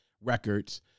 records